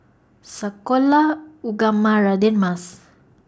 Sekolah Ugama Radin Mas